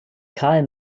karl